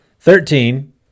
Thirteen